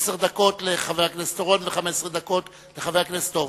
עשר דקות לחבר הכנסת אורון,